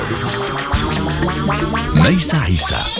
Nice, عيسى. Nice.